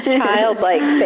childlike